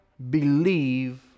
Believe